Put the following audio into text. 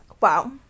Wow